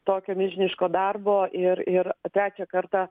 tokio milžiniško darbo ir ir trečią kartą